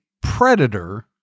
predator